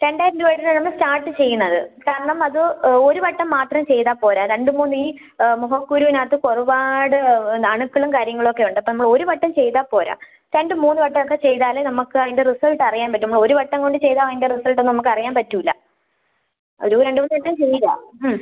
രണ്ടായിരം രൂപ വരുന്നതാണ് സ്റ്റാർട്ട് ചെയ്യുന്നത് കാരണം അത് നമ്മള് ഒരു വട്ടം മാത്രം ചെയ്താല്പ്പോരാ രണ്ടും കൂടി മുഖക്കുരുവിന് അകത്ത് ഒരുപാട് അണുക്കളും കാര്യങ്ങൾ ഒക്കെ ഉണ്ട് അപ്പോള് ഒരു വട്ടം ചെയ്താല്പ്പോരാ രണ്ടുമൂന്ന് വട്ടം ഒക്കെ ചെയ്താല് മാത്രമേ നമുക്ക് അതിൻ്റെ റിസൾട്ട് അറിയാൻ പറ്റുകയുള്ളൂ ഒരു വട്ടം ചെയ്താല് അതിൻ്റെ റിസൾട്ട് നമുക്ക് അറിയാൻ പറ്റില്ല ഒരു രണ്ട് മൂന്ന് വട്ടം ചെയ്യുക ഉം